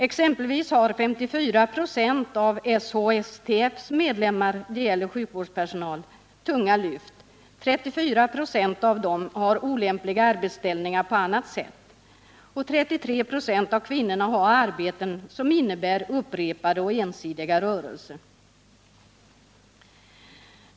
Exempelvis har 54 26 av SHSTF:s medlemmar — det gäller sjukvårdspersonal — tunga lyft. 34 26 av dem har olämpliga arbetsställningar på annat sätt. 33 26 av kvinnorna har arbeten som innebär upprepade och ensidiga rörelser.